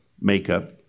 makeup